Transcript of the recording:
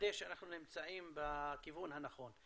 ולוודא שאנחנו נמצאים בכיוון הנכון.